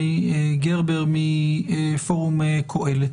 גרבר, בבקשה.